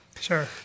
Sure